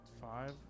Five